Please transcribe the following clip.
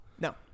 No